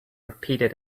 repeated